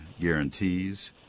guarantees